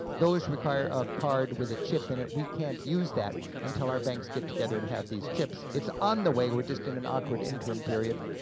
those require a card with a chip in it, we can't use that until our banks get together and have these chips. it's on the way, we're just in an awkward interim period.